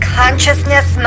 consciousness